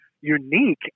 unique